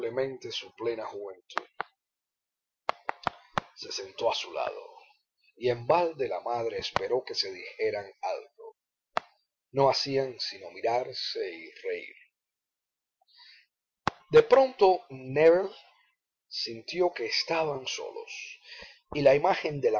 notablemente su plena juventud se sentó a su lado y en balde la madre esperó a que se dijeran algo no hacían sino mirarse y reir de pronto nébel sintió que estaban solos y la imagen de